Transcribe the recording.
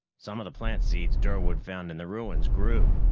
some of the plant seeds durwood found in the ruins grew!